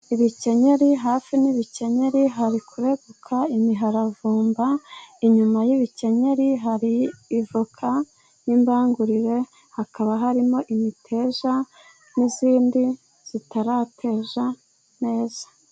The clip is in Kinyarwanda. Ibikenyeri; hafi n'ibikenyeri hari kureguka imiharavumba, inyuma y'ibikenyeri hari ivoka y'imbangurire hakaba harimo imiteja n'izindi zitarateja neza.